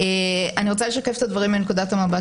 אני רוצה לשקף את הדברים מנקודת המבט